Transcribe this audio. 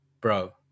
bro